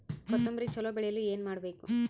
ಕೊತೊಂಬ್ರಿ ಚಲೋ ಬೆಳೆಯಲು ಏನ್ ಮಾಡ್ಬೇಕು?